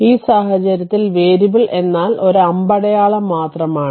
ഈ സാഹചര്യത്തിൽ വേരിയബിൾ എന്നാൽ ഒരു അമ്പടയാളം മാത്രമാണ്